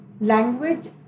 language